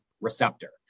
receptor